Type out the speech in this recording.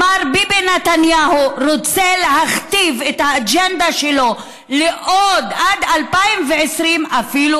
מר ביבי נתניהו רוצה להכתיב את האג'נדה שלו עד 2020 אפילו